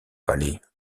palais